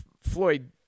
Floyd